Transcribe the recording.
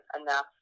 enough